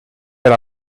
per